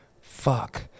fuck